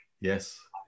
yes